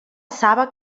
saba